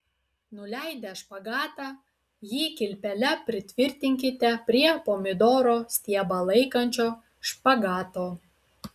nuleidę špagatą jį kilpele pritvirtinkite prie pomidoro stiebą laikančio špagato